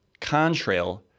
contrail